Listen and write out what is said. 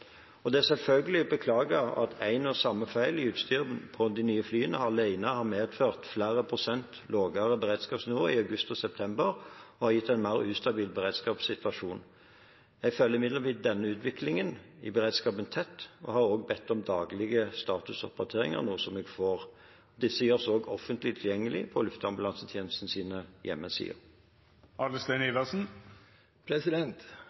Det er selvfølgelig å beklage at en og samme feil i utstyret på de nye flyene alene har medført flere prosent lavere beredskapsnivå i august og september og gitt en mer ustabil beredskapssituasjon. Jeg følger imidlertid denne utviklingen i beredskapen tett og har også bedt om daglige statusrapporteringer, noe jeg får. Disse gjøres også offentlig tilgjengelig på Luftambulansetjenestens hjemmesider.